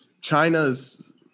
China's